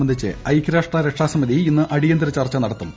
സംബന്ധിച്ച് ഐക്യരാഷ്ട്ര രക്ഷാസമിതി ഇന്ന് അടിയന്തര ചർച്ച നടത്തും